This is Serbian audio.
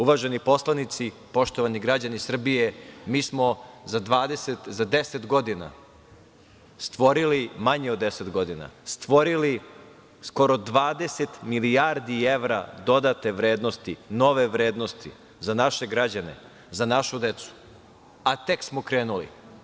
Uvaženi poslanici, poštovani građani Srbije, mi smo za 10 godina, manje od 10 godina stvorili skoro 20 milijardi evra dodate vrednosti, nove vrednosti za naše građane, za našu decu, a tek smo krenuli.